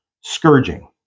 scourging